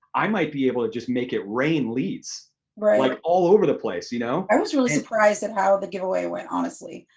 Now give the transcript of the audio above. i might be able to just make it rain leads but like all over the place. you know i was really surprised at how the giveaway went, honestly.